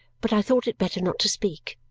but i thought it better not to speak.